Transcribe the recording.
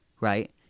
Right